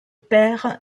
père